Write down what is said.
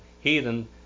heathen